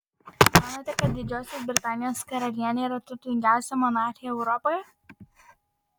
manote kad didžiosios britanijos karalienė yra turtingiausia monarchė europoje